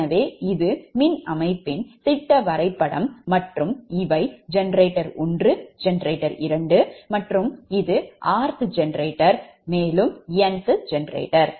எனவே இது மின் அமைப்பின் திட்ட வரைபடம் மற்றும் இவை ஜெனரேட்டர் 1 ஜெனரேட்டர் 2 மற்றும் இது 𝑟tℎ ஜெனரேட்டர் மற்றும் n ஜெனரேட்டர்